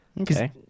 Okay